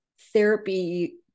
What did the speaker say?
therapy